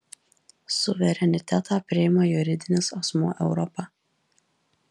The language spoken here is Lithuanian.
suverenitetą priima juridinis asmuo europa